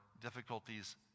difficulties